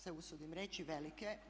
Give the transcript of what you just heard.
se usudim reći velike.